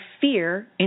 fear